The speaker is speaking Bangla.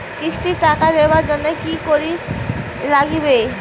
কিস্তি টা দিবার জন্যে কি করির লাগিবে?